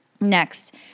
Next